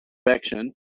action